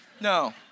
No